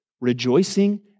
rejoicing